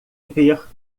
ver